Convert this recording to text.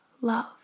love